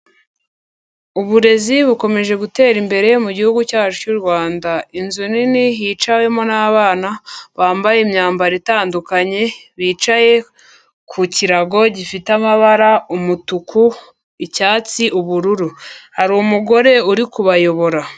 Uburezi bukomeje gutera imbere mu'igihugu cyacu cy'u Rwanda, inzu nini hicawemo nabana bambaye imyambaro itandukanye, bicaye ku kirago gifite amabara, umutuku, icyatsi, ubururu, hari umugore uri kubayobora.